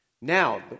Now